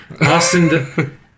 Austin